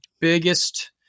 biggest